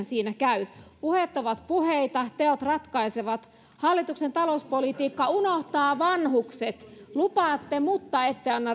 siinä käy puheet ovat puheita teot ratkaisevat hallituksen talouspolitiikka unohtaa vanhukset lupaatte mutta ette anna